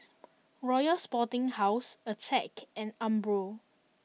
Royal Sporting House Attack and Umbro